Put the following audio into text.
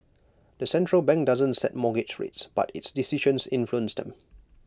the central bank doesn't set mortgage rates but its decisions influence them